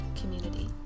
community